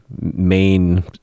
main